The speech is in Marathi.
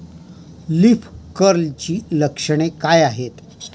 लीफ कर्लची लक्षणे काय आहेत?